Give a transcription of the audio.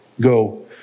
Go